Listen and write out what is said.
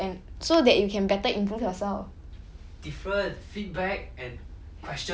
可是有些时候你要问 for like feedback and so that you can better improve yourself